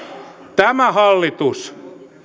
tämä hallitus